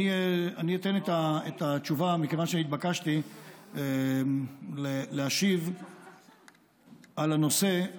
אני אתן את התשובה מכיוון שהתבקשתי להשיב על הנושא.